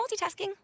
multitasking